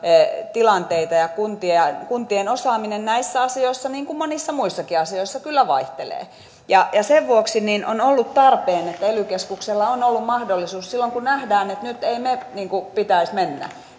tilanteita ja kuntien ja kuntien osaaminen näissä asioissa niin kuin monissa muissakin asioissa kyllä vaihtelee sen vuoksi on ollut tarpeen että ely keskuksella on ollut mahdollisuus tähän puuttua silloin kun nähdään että nyt ei mene niin kuin pitäisi mennä